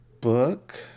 book